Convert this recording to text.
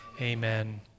amen